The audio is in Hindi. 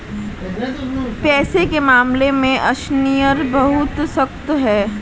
पैसे के मामले में अशनीर बहुत सख्त है